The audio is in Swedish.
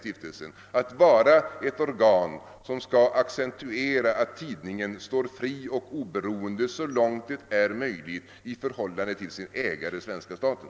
Stiftelsen skall vara ett organ som accentuerar att tidningen står fri och oberoende, så långt det är möjligt, i förhållande till sin ägare, svenska staten.